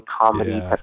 comedy